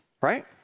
Right